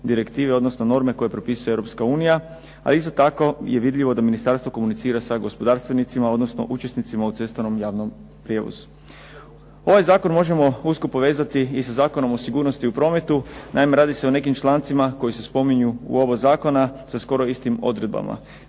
direktive odnosno norme koje propisuje Europska unija, a isto tako je vidljivo da ministarstvo komunicira sa gospodarstvenicima odnosno učesnicima u cestovnom javnom prijevozu. Ovaj zakon možemo usko povezati i sa Zakonom o sigurnosti u prometu. Naime, radi se o nekim člancima koji se spominju u oba zakona sa skoro istim odredbama.